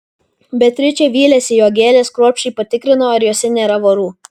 beatričė vylėsi jog gėles kruopščiai patikrino ar jose nėra vorų